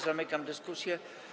Zamykam dyskusję.